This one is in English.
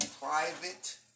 private